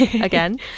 Again